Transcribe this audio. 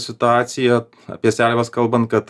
situacija apie seliavas kalbant kad